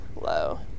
low